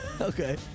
Okay